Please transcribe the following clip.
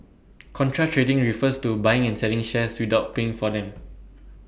contra trading refers to buying and selling shares without paying for them